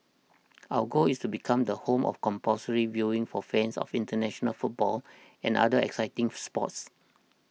our goal is become the home of compulsory viewing for fans of international football and other exciting sports